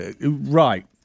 Right